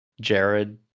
jared